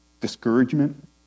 Discouragement